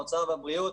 האוצר והבריאות,